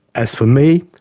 as for me,